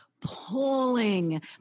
pulling